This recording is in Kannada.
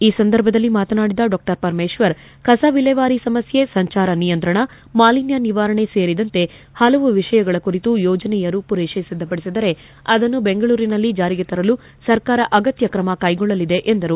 ಈ ಸಂದರ್ಭದಲ್ಲಿ ಮಾತನಾಡಿದ ಡಾ ಪರಮೇಶ್ವರ್ ಕಸವಿಲೇವಾರಿ ಸಮಸ್ಕೆ ಸಂಚಾರ ನಿಯಂತ್ರಣ ಮಾಲಿನ್ನ ನಿವಾರಣೆ ಸೇರಿದಂತೆ ಪಲವು ವಿಷಯಗಳ ಕುರಿತು ಯೋಜನೆಯ ರೂಪುರೇಷೆ ಸಿದ್ಧಪಡಿಸಿದರೆ ಅದನ್ನು ಬೆಂಗಳೂರಿನಲ್ಲಿ ಜಾರಿಗೆ ತರಲು ಸರ್ಕಾರ ಅಗತ್ಯ ಕ್ರಮ ಕೈಗೊಳ್ಳಲಿದೆ ಎಂದರು